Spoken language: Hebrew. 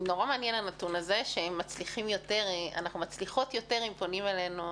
הנתון לפיו אנו מצליחות יותר אם פונים אלינו